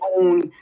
own